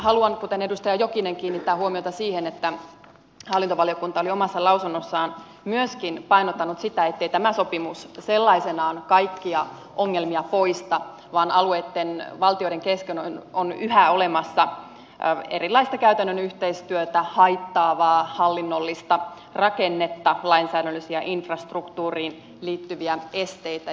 haluan kuten edustaja jokinen kiinnittää huomiota siihen että hallintovaliokunta oli omassa lausunnossaan myöskin painottanut sitä ettei tämä sopimus sellaisenaan kaikkia ongelmia poista vaan alueen valtioiden kesken on yhä olemassa erilaista käytännön yhteistyötä haittaavaa hallinnollista rakennetta lainsäädännöllisiä infrastruktuuriin liittyviä esteitä